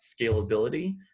scalability